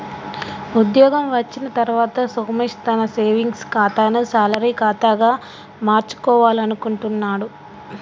ఉద్యోగం వచ్చిన తర్వాత సోమేష్ తన సేవింగ్స్ ఖాతాను శాలరీ ఖాతాగా మార్చుకోవాలనుకుంటున్నడు